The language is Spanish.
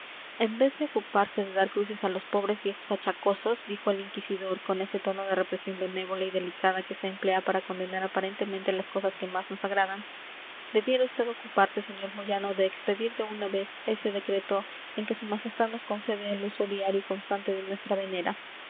en vez de ocuparse de dar cruces a los pobres viejos achacosos dijo el inquisidor con ese tono de represión benévola y delicada que se emplea para condenar aparentemente las cosas que más nos agradan debiera vd ocuparse sr moyano de expedir de una vez ese decreto en que su majestad nos concede el uso diario y constante de nuestra venera